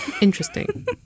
Interesting